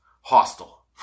Hostile